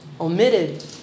omitted